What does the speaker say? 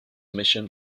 mission